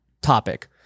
topic